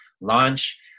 launch